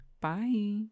Bye